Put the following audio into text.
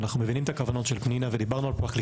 אנחנו מבינים את הכוונות של פנינה ודיברנו לפני